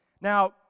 Now